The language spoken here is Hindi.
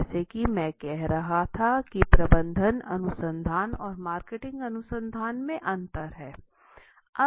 जैसा कि मैं कह रहा था कि प्रबंधन अनुसंधान और मार्केटिंग अनुसंधान में अंतर है